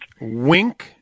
Wink